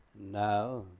now